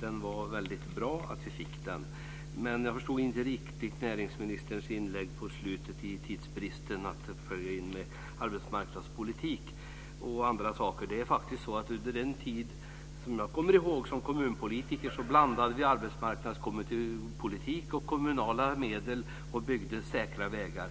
Det var väldigt bra att vi fick den. Jag förstod inte riktigt näringsministerns inlägg på slutet, med tidsbrist, där han tog upp arbetsmarknadspolitik och andra saker. Under min tid som kommunpolitiker blandade vi arbetsmarknadsmedel och kommunala medel och byggde säkra vägar.